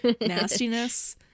nastiness